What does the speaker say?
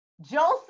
Joseph